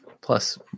Plus